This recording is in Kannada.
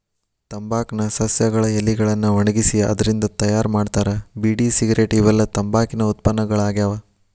ತಂಬಾಕ್ ನ ಸಸ್ಯಗಳ ಎಲಿಗಳನ್ನ ಒಣಗಿಸಿ ಅದ್ರಿಂದ ತಯಾರ್ ಮಾಡ್ತಾರ ಬೇಡಿ ಸಿಗರೇಟ್ ಇವೆಲ್ಲ ತಂಬಾಕಿನ ಉತ್ಪನ್ನಗಳಾಗ್ಯಾವ